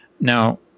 Now